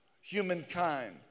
humankind